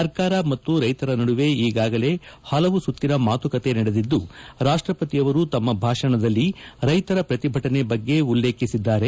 ಸರ್ಕಾರ ಮತ್ತು ರೈತರ ನಡುವೆ ಈಗಾಗಲೇ ಪಲವು ಸುತ್ತಿನ ಮಾತುಕತೆ ನಡೆದಿದ್ದು ರಾಷ್ಟಪತಿ ಅವರು ತಮ್ಮ ಭಾಷಣದಲ್ಲಿ ರೈತರ ಪ್ರತಿಭಟನೆ ಬಗ್ಗೆ ಉಲ್ಲೇಖಿಸಿದ್ದಾರೆ